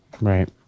right